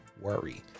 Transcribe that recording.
worry